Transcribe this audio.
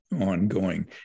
ongoing